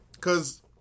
cause